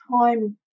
time